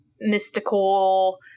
mystical